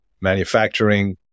manufacturing